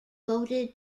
voted